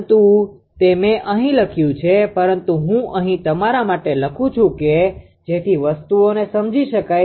પરંતુ તે મેં અહીં લખ્યું છે પરંતુ હું અહીં તમારા માટે લખું છું કે જેથી વસ્તુઓને સમજી શકાય